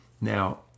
Now